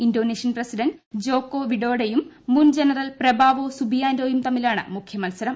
Indonesian president Joko വിഡോഡോയും മുൻ general Prabowo സുബിയാന്റോയും തമ്മിലാണ് മുഖ്യ മത്സരം